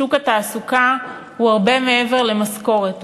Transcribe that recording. שוק התעסוקה הוא הרבה מעבר למשכורת,